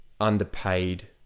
underpaid